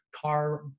car